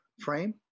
frame